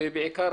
ובעיקר,